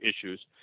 issues